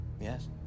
Yes